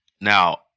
Now